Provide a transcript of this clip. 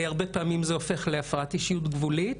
הרבה פעמים זה הופך להפרעת אישיות גבולית,